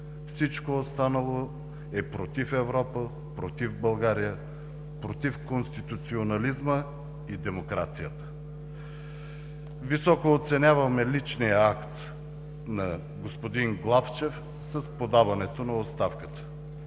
Всичко останало е против Европа, против България, против конституционализма и демокрацията! Високо оценяваме личния акт на господин Главчев с подаването на оставката.